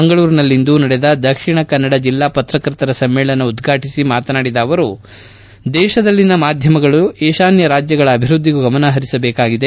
ಮಂಗಳೂರಿನಲ್ಲಿಂದು ನಡೆದ ದಕ್ಷಿಣ ಕನ್ನಡ ಜೆಲ್ಲಾ ಪತ್ರಕರ್ತರ ಸಮ್ಮೇಳನ ಉದ್ಘಾಟಿಸಿ ಮಾತನಾಡಿದ ಅವರು ದೇಶದಲ್ಲಿನ ಮಾಧ್ಯಮಗಳು ಈಶಾನ್ಯ ರಾಜ್ಯಗಳ ಅಭಿವೃದ್ದಿಗೂ ಗಮನ ಹರಿಸಬೇಕಾಗಿದೆ